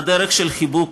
בדרך של חיבוק,